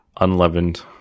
Unleavened